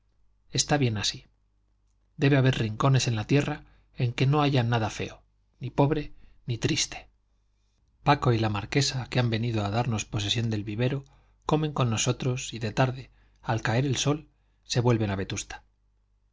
está bien así debe haber rincones en la tierra en que no haya nada feo ni pobre ni triste paco y la marquesa que han venido a darnos posesión del vivero comen con nosotros y de tarde al caer el sol se vuelven a vetusta